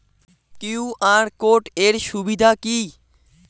QR code এর সুবিধা কি?